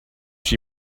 she